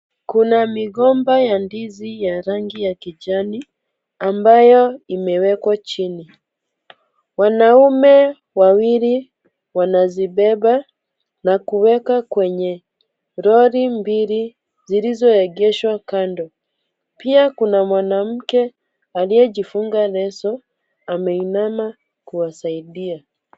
Kuna migomba ya ndizi ya rangi ya kijani, ambayo imewekwa chini. Wanaume wawili wanazibeba, na kuweka kwenye lori mbili zilizoegeshwa kando. Pia kuna mwanamke aliyejifunga leso, ameinama kuwasaidia.